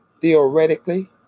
theoretically